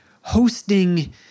hosting